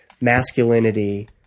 masculinity